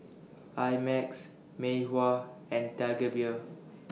I Max Mei Hua and Tiger Beer